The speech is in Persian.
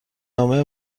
نامه